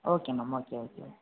okay ma'am okay okay